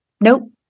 Nope